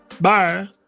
Bye